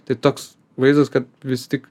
tai toks vaizdas kad vis tik